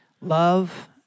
love